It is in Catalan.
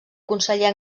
conseller